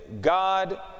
God